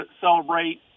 celebrate